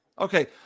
Okay